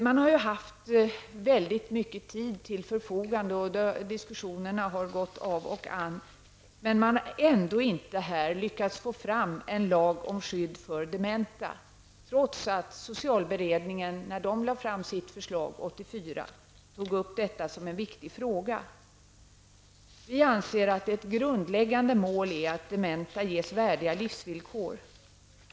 Man har haft väldigt mycket tid till förfogande, och diskussionerna har gått av och an, men man har ändå inte lyckats få fram en lag om skydd för dementa, trots att socialberedningen, när den lade fram sitt förslag 1984, tog upp detta som en viktig fråga. Vi anser att ett grundläggande mål är att dementa ges värdiga livsvillkor.